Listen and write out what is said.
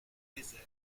désert